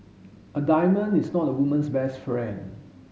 a diamond is not a woman's best friend